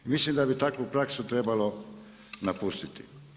Mislim da bi takvu praksu trebalo napustiti.